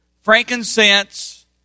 frankincense